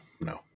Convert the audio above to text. no